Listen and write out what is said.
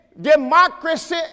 Democracy